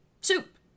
soup